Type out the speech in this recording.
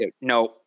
No